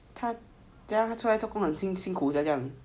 他出来做工很辛辛苦 sia 这样